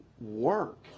work